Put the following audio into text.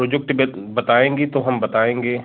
project बेत बताएँगी तो हम बताएँगे